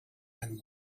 man